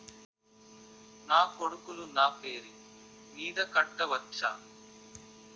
నా కొడుకులు నా పేరి మీద కట్ట వచ్చా?